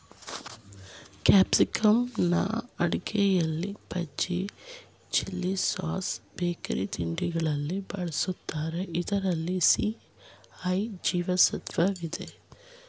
ಕ್ಯಾಪ್ಸಿಕಂನ್ನು ಅಡುಗೆಯಲ್ಲಿ pizza, chilli sauce, bakery ತಿಂಡಿಗಳಲ್ಲಿ ಬಳ್ಸತ್ತರೆ ಇದ್ರಲ್ಲಿ ಸಿ, ಇ ಜೀವ ಸತ್ವವಿದೆ